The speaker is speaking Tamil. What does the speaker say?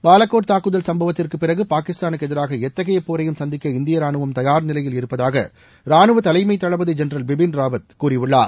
பாலக்கோட் தாக்குதல் சும்பவத்திற்குப் பிறகு பாகிஸ்தானுக்கு எதிராக எத்தகைய போரையும் சந்திக்க இந்திய ராணுவம் தயார் நிலையில் இருப்பதாக ராணுவத் தலைமை தளபதி ஜென்ரல் பிபின் ராவத் கூறியுள்ளார்